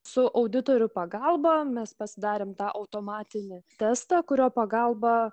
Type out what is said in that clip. su auditorių pagalba mes pasidarėme tą automatinį testą kurio pagalba